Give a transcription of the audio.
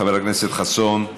חבר הכנסת חסון,